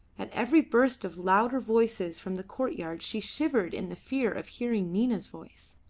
at every burst of louder voices from the courtyard she shivered in the fear of hearing nina's voice.